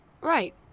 Right